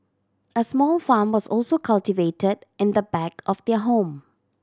a small farm was also cultivated in the back of their home